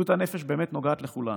בריאות הנפש באמת נוגעת לכולנו.